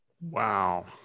Wow